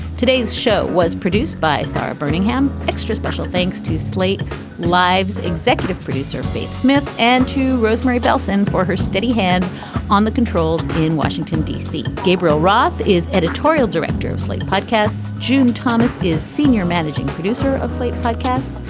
today's show was produced by sara bermingham extra. special thanks to slate lives. executive producer faits smith and to rosemary bellson for her steady hand on the controls in washington, d c. gabriel roth is editorial director of slate podcasts. june thomas is senior managing producer of slate podcasts.